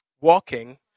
Walking